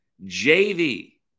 JV